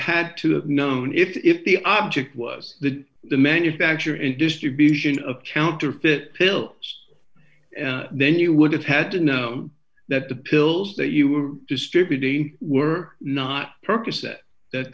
had to have known if the object was the the manufacturer in distribution of counterfeit pills then you would have had to know that the pills that you were distributing were not